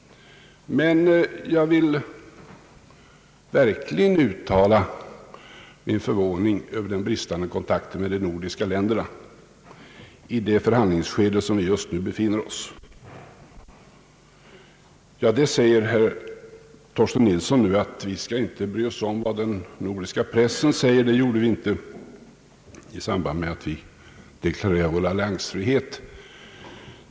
Men jag vill verkligen uttala min förvåning över den bristande kontakten med de nordiska länderna i det förhandlingsskede, där vi just nu befinner oss. Herr Torsten Nilsson säger att vi inte skall bry oss om vad den nordiska pressen säger — det gjorde vi inte i samband med att vi deklarerade vår alliansfrihet.